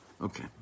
Okay